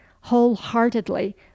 wholeheartedly